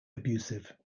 abusive